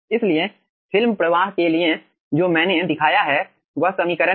इसलिए फिल्म प्रवाह के लिए जो मैंने दिखाया है वह समीकरण है